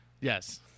yes